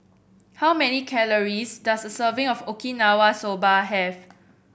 how many calories does a serving of Okinawa Soba have